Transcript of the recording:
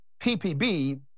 PPB